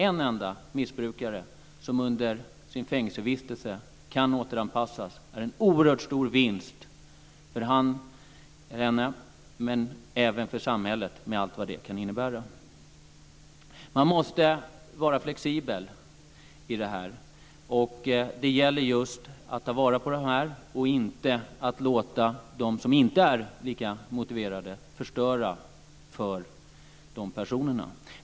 En enda missbrukare som under sin fängelsevistelse kan återanpassas är en oerhört stor vinst, för honom eller henne, men även för samhället, med allt vad det kan innebära. Man måste vara flexibel i det här sammanhanget. Det gäller just att ta vara på de här personerna och inte låta de som inte är lika motiverade förstöra för dem.